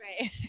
Right